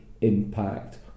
impact